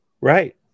Right